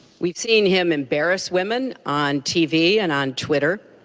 we've seen him embarrass women on tv and on twitter.